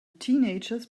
teenagers